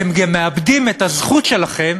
אתם גם מאבדים את הזכות שלכם